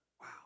Wow